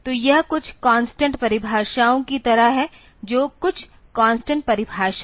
तो यह कुछ कांस्टेंट परिभाषाओं की तरह है तो कुछ कांस्टेंट परिभाषाएं